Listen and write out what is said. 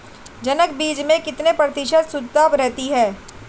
जनक बीज में कितने प्रतिशत शुद्धता रहती है?